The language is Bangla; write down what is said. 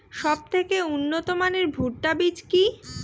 সবথেকে উন্নত মানের ভুট্টা বীজ কি?